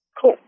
Cool